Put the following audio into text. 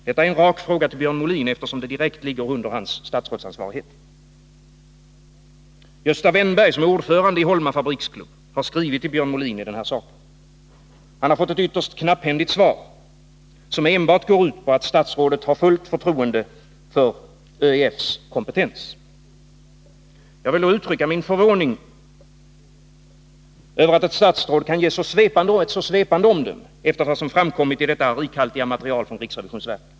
Det är en rak fråga till Björn Molin eftersom den saken direkt ligger under hans statsrådsansvar. Gösta Wennberg, som är ordförande i Holma fabriksklubb, har skrivit till Björn Molin i den här saken. Han har fått ett ytterst knapphändigt svar, som enbart går ut på att statsrådet har fullt förtroende för ÖEF:s kompetens. Jag vill uttrycka min förvåning över att ett statsråd kan ge ett så svepande omdöme efter vad som framkommit i det rikhaltiga materialet från riksrevisionsverket.